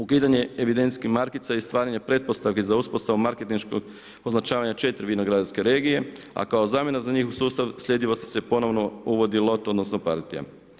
Ukidanje evidencijskih markica i stvaranje pretpostavki za uspostavu marketinškog označavanja 4 vinogradarske regije a kao zamjena za njihov sustav sljedivosti se ponovno uvodi loto odnosno partija.